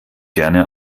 gerne